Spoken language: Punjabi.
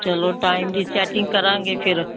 ਚਲੋ ਟਾਈਮ ਦੀ ਸੈਟਿੰਗ ਕਰਾਂਗੇ ਫਿਰ